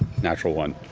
natural one.